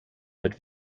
mit